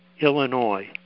Illinois